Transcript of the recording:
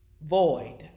void